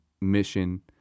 mission